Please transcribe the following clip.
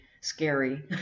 scary